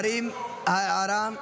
הדברים, ההערה,